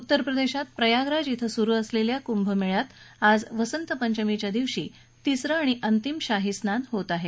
उत्तरप्रदेशातल्या प्रयागराज इथं सुरु असलेल्या कुंभमेळ्यात आज वसंतपंचमीच्या दिवशी तिसरं आणि अंतिम शाहीस्नान होत आहे